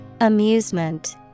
Amusement